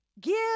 Give